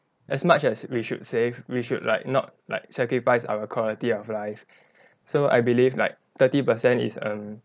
as much as we should save we should like not like sacrifice our quality of life so I believe like thirty percent is a